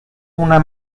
una